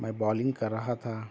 میں بالنگ کر رہا تھا